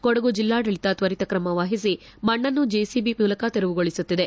ಕೊಡಗು ಜಿಲ್ಲಾಡಳಿತ ತ್ವರಿತ ಕ್ರಮ ವಹಿಸಿ ಮಣ್ಣನ್ನು ಜೆಸಿಬಿ ಮೂಲಕ ತೆರವುಗೊಳಿಸುತ್ತಿದೆ